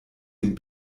dem